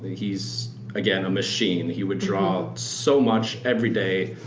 he's, again, a machine. he would draw so much everyday.